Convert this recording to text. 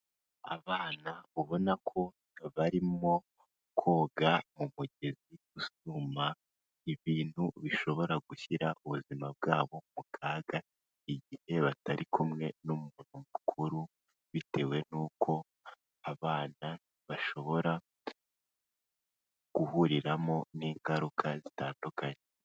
Abana ubona ko barimo koga mu mugezi usuma ibintu bishobora gushyira ubuzima bwabo mu kaga igihe batari kumwe n'umuntu mukuru, bitewe n'uko abana bashobora guhuriramo n'ingaruka zitandukanye.